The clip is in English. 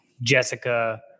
Jessica